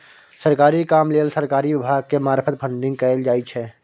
सरकारी काम लेल सरकारी विभाग के मार्फत फंडिंग कएल जाइ छै